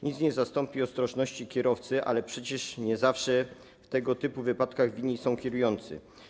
Nic nie zastąpi ostrożności kierowcy, ale przecież nie zawsze w tego typu wypadkach winni są kierujący.